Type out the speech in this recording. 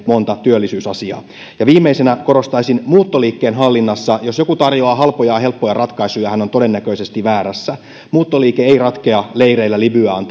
monta työllisyysasiaa viimeisenä korostaisin että jos muuttoliikkeen hallinnassa joku tarjoaa halpoja ja helppoja ratkaisuja hän on todennäköisesti väärässä muuttoliike ei ratkea leireillä libyaan